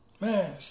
Man